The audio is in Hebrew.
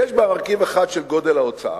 יש בה מרכיב אחד של גודל ההוצאה,